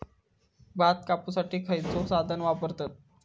भात कापुसाठी खैयचो साधन वापरतत?